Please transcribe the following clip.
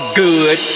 good